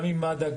גם עם מד"א,